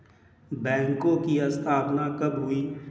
बैंकों की स्थापना कब हुई?